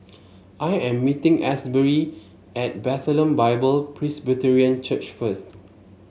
I am meeting Asberry at Bethlehem Bible Presbyterian Church first